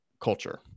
culture